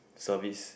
service